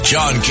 John